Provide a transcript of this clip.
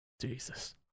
jesus